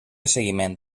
seguiment